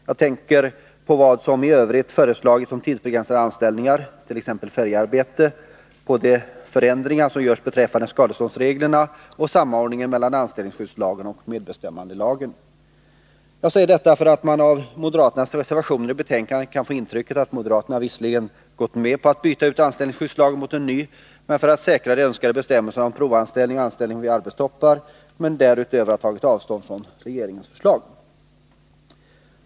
Jag tänker på vad som i övrigt föreslagits om tidsbegränsade anställningar, t.ex. feriearbete, på de förändringar som görs beträffande skadeståndsreglerna och samordningen mellan anställningsskyddslagen och medbestämmandelagen. Jag säger detta för att man av moderaternas reservationer till betänkandet kan få intrycket att moderaterna visserligen gått med på att byta ut anställningsskyddslagen mot en ny för att säkra de önskade bestämmelserna om provanställning och anställning vid arbetstoppar men därutöver har tagit avstånd från regeringens förslag.